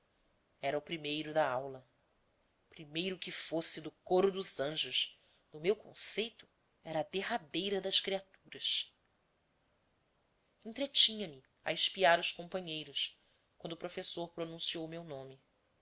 era o primeiro da aula primeiro que fosse do coro dos anjos no meu conceito era a derradeira das criaturas entretinha me a espiar os companheiros quando o professor pronunciou o meu nome